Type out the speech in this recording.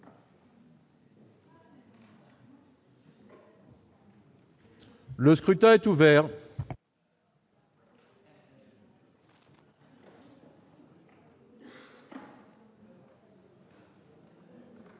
Le scrutin est ouvert.